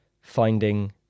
finding